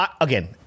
Again